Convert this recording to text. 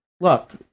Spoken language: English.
look